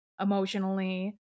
emotionally